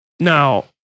Now